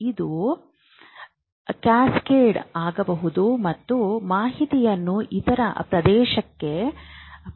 ಇದು ಕ್ಯಾಸ್ಕೇಡ್ ಆಗಬಹುದು ಮತ್ತು ಮಾಹಿತಿಯನ್ನು ಇತರ ಪ್ರದೇಶಕ್ಕೆ ಪರಿವರ್ತಿಸುತ್ತದೆ